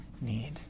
need